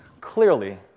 Clearly